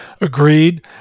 Agreed